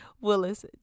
willis